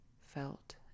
felt